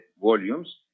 volumes